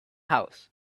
house